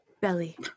belly